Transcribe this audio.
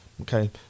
Okay